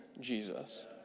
Jesus